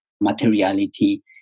materiality